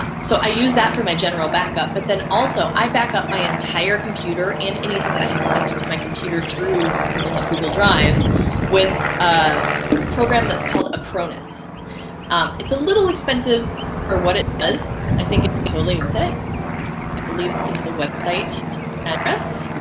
ah so i use that for my general backup but then also i back up my entire computer and anything that i have seen to my computer through something like google drive with a program that's called a promise it's a little expensive for what it does i think it's totally worth it i believe is the website address